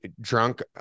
drunk